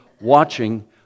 watching